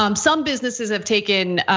um some businesses have taken,